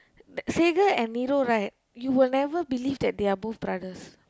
Sekar and Niru right you will never believe that they are both brothers